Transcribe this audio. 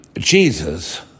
Jesus